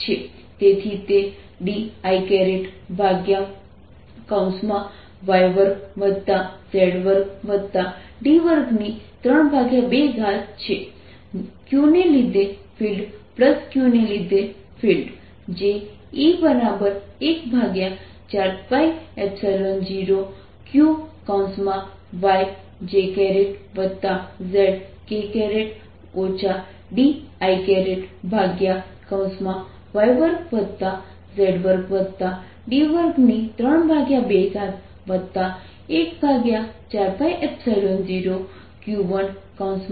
તેથી તે diy2z2d232 છે q ને લીધે ફિલ્ડ q1 ને લીધે ફિલ્ડ જે E 14π0 q yjzk diy2z2d232 14π0 q1 yjzkdiy2z2d232છે તે x ≥ 0 રિજનમાં ફિલ્ડ છે